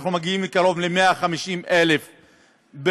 אנחנו מגיעים קרוב ל-150,000 במספרנו,